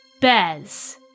Bez